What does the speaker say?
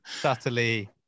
subtly